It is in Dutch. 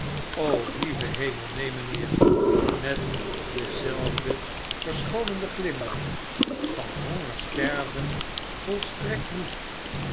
lieve hemel neen mynheer met denzelfden verschoonenden glimlach van honger sterven volstrekt niet